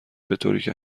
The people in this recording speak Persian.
بطوریکه